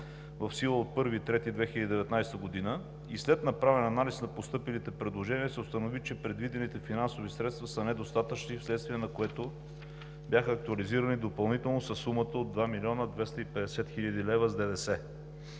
в сила от 1 март 2019 г. и след направен анализ на постъпилите предложения се установи, че предвидените финансови средства са недостатъчни, вследствие на което бяха актуализирани допълнително със сумата от 2 млн. 250 хил. лв. с ДДС.